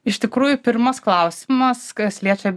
iš tikrųjų pirmas klausimas kas liečia